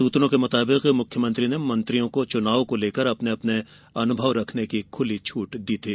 सुत्रों के मुताबिक मुख्यमंत्री ने मंत्रियों को चुनाव को लेकर अपने अपने अनुभव रखने की खुली छूट दी थी